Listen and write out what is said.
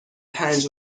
پنج